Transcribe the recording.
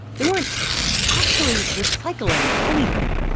they weren't actually recycling anything.